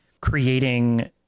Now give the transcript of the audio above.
creating